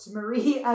Marie